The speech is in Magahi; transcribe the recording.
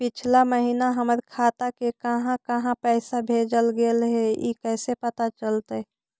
पिछला महिना हमर खाता से काहां काहां पैसा भेजल गेले हे इ कैसे पता चलतै?